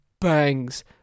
Bangs